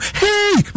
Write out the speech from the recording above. hey